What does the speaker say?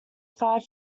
five